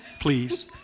Please